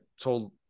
told